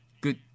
Good